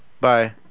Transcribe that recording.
Bye